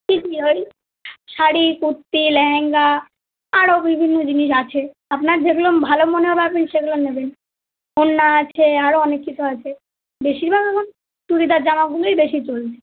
কী কী ওই শাড়ি কুর্তি লেহেঙ্গা আরও বিভিন্ন জিনিস আছে আপনার যেগুলো ভালো মনে হবে আপনি সেগুলো নেবেন ওড়না আছে আরও অনেক কিছু আছে বেশিরভাগ এখন চুড়িদার জামাগুলোই বেশি চলছে